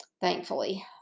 thankfully